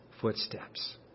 footsteps